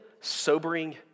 sobering